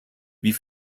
wie